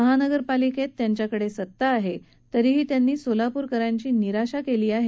महापालिकेतही त्यांच्याकडे सत्ता आहे तरीही त्यांनी सोलापूरकरांची निराशा केली आहे